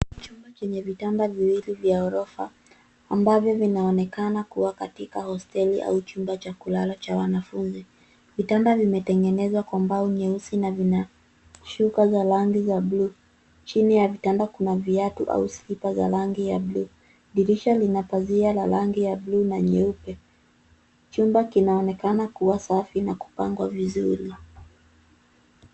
Chumba chenye vitanda viwili vya ghorofa ambavyo vinaonekana kuwa katika hosteli au chumba cha kulala cha wanafunzi. Vitanda vimetengenezwa kwa mbao nyeusi na vina shuka za rangi za bluu. Chini ya vitanda kuna viatu au slippers za rangi ya bluu. Dirisha lina pazia la rangi ya bluu na nyeupe. Chumba kinaonekana kuwa safi na kupangwa vizuri.